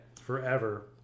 Forever